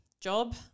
job